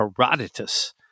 Herodotus